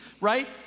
right